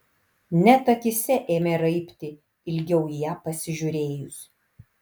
net akyse ėmė raibti ilgiau į ją pasižiūrėjus